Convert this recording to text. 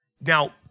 Now